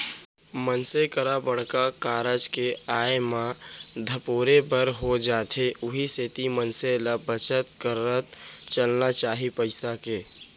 मनसे करा बड़का कारज के आय म धपोरे बर हो जाथे उहीं सेती मनसे ल बचत करत चलना चाही पइसा के